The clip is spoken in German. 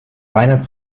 reiner